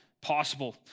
possible